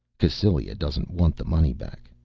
cassylia doesn't want the money back,